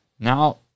Now